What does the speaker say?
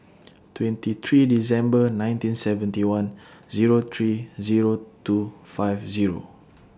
twenty three December nineteen seventy one Zero three Zero two five Zero